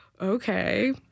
okay